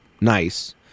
nice –